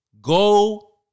Go